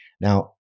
Now